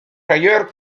ailleurs